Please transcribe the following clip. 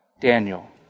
Daniel